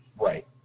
Right